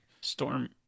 storm